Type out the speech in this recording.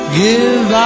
give